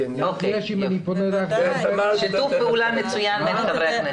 אם אני פונה אליך --- יש שיתוף פעולה מצוין בין חברי הכנסת.